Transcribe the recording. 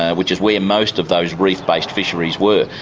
which is where most of those reef-based fisheries were.